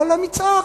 או למצער,